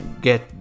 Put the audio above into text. get